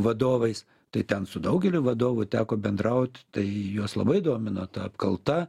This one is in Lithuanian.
vadovais tai ten su daugeliu vadovų teko bendraut tai juos labai domino ta apkalta